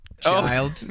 Child